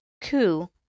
coup